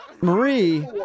Marie